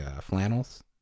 flannels